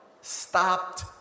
stopped